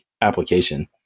application